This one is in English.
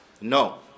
No